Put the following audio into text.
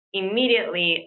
immediately